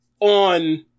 on